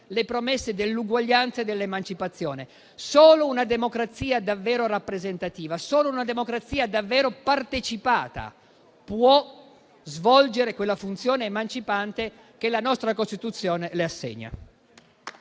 le promesse dell'uguaglianza e dell'emancipazione. Solo una democrazia davvero rappresentativa, solo una democrazia davvero partecipata può svolgere quella funzione emancipante che la nostra Costituzione le assegna.